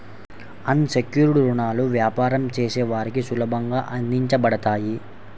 అన్ secured రుణాలు వ్యాపారం చేసే వారికి సులభంగా అందించబడతాయి